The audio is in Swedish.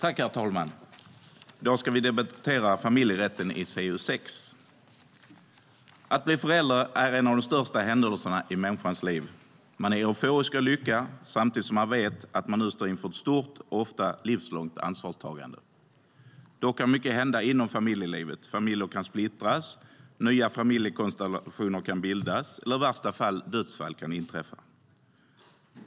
Herr talman! I dag ska vi debattera betänkande CU6 om familjerätten. Att bli förälder är en av de största händelserna i människans liv. Man är euforisk av lycka samtidigt som man vet att man står inför ett stort och ofta livslångt ansvarstagande. Dock kan mycket hända inom familjelivet. Familjer kan splittras. Nya familjekonstellationer kan bildas eller, i värsta fall, dödsfall kan inträffa.